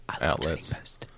outlets